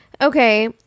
Okay